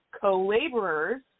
co-laborers